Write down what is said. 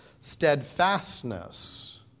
steadfastness